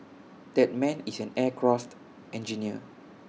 that man is an aircraft engineer